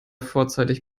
vorzeitig